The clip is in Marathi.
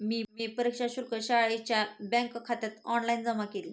मी परीक्षा शुल्क शाळेच्या बँकखात्यात ऑनलाइन जमा केले